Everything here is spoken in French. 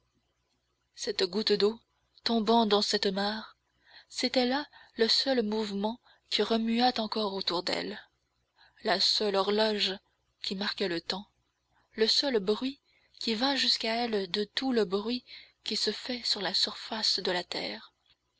cette goutte d'eau tombant dans cette mare c'était là le seul mouvement qui remuât encore autour d'elle la seule horloge qui marquât le temps le seul bruit qui vînt jusqu'à elle de tout le bruit qui se fait sur la surface de la terre